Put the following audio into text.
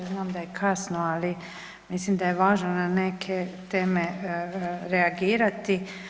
Znam da je kasno, ali mislim da je važno na neke teme reagirati.